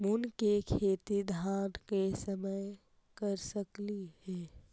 मुंग के खेती धान के समय कर सकती हे?